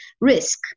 risk